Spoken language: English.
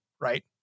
right